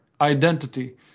identity